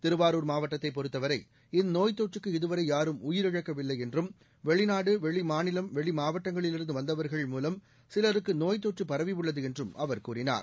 திருவாரூர் மாவட்டத்தைப் பொறுத்தவரை இந்நோய்த் தொற்றுக்கு இதுவரை யாரும் உயிரிழக்கவில்லை என்றும் வெளிநாடு வெளி மாநிலம் வெளி மாவட்டங்களிலிருந்து வந்தவர்கள் மூலம் சிலருக்கு நோய்த் தொற்று பரவியுள்ளது என்றும் அவர் கூறினார்